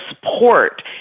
support